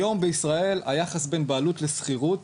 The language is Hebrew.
היום בישראל היחס בין בעלות לשכירות